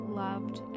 loved